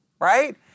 right